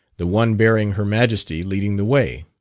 the one bearing her majesty leading the way.